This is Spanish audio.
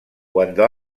cuando